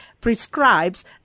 prescribes